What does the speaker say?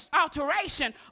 alteration